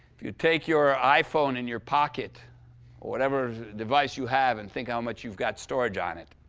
if you take your iphone in your pocket whatever device you have and think how much you've got storage on it,